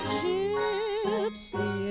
gypsy